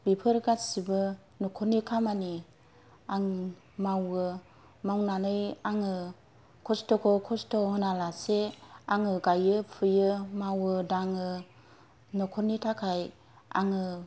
बेफोर गासैबो न'खरनि खामानि आं मावो मावनानै आङो खस्थ'खौ खस्थ' होनालासे आङो गायो फुयो मावो दाङो न'खरनि थाखाय आङो